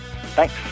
thanks